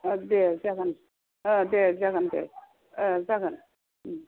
अ दे जागोन अ दे जागोन दे